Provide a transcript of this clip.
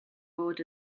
bod